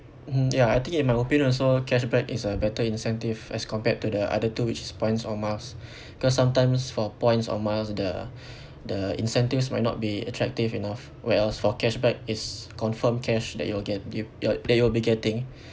mmhmm ya I think in my opinion also cashback is a better incentive as compared to the other two which is points or miles cause sometimes for points or miles the the incentives might not be attractive enough where else for cashback is confirm cash that you will get give your that you will be getting